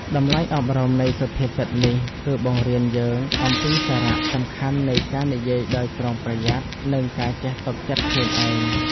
តម្លៃអប់រំនៃសុភាសិតនេះគឺបង្រៀនយើងអំពីសារៈសំខាន់នៃការនិយាយដោយប្រុងប្រយ័ត្ន និងការចេះទប់ចិត្តខ្លួនឯង។